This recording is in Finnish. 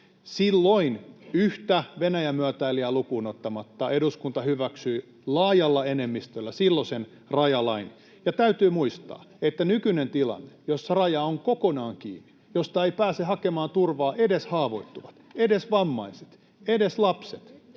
Silloin yhtä Venäjän myötäilijää lukuun ottamatta eduskunta hyväksyi laajalla enemmistöllä silloisen rajalain. Ja täytyy muistaa, että nykyinen tilanne, jossa raja on kokonaan kiinni, josta eivät pääse hakemaan turvaa edes haavoittuvat, edes vammaiset, edes lapset,